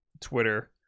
twitter